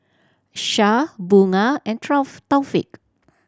Syah Bunga and Taufik